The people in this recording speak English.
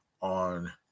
on